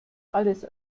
alles